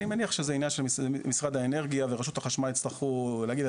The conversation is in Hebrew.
אני מניח שזה עניין שמשרד האנרגיה ורשות החשמל יצטרכו להגיד,